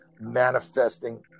manifesting